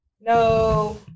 no